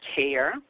care